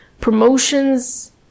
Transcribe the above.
promotions